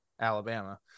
Alabama